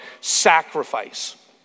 sacrifice